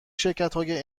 شرکتهای